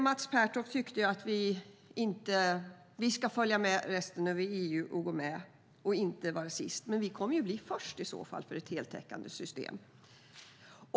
Mats Pertoft tyckte att vi ska följa med resten av EU och inte vara sist. Men vi kommer ju i så fall att bli först med ett heltäckande system!